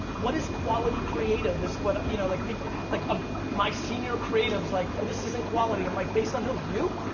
what is quality creative, is what, you know, like people, like ah my senior creative's like well this isn't quality. i'm like based on who, you?